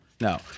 No